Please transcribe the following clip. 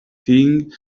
thing